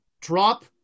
drop